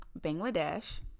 Bangladesh